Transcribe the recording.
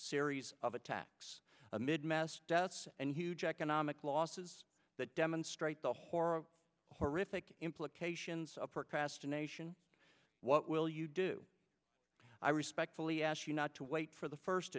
series of attacks amid mass deaths and huge economic losses that demonstrate the horrible horrific implications of procrastination what will you do i respectfully ask you not to wait for the first